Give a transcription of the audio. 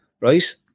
right